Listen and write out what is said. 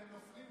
אתם נופלים,